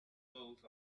both